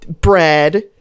bread